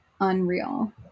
unreal